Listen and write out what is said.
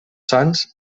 sants